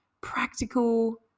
practical